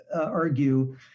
argue